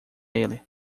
ele